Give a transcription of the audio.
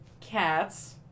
cats